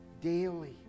daily